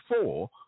four